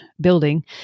building